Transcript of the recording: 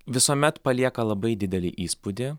visuomet palieka labai didelį įspūdį